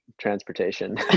transportation